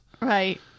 right